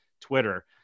Twitter